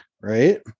right